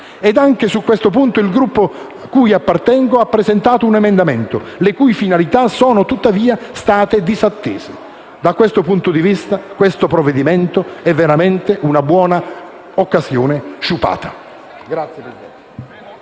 Anche su questo punto il Gruppo parlamentare cui appartengo ha presentato un emendamento, le cui finalità sono state tuttavia disattese. Da questo punto di vista, il provvedimento in esame è veramente una buona occasione sciupata.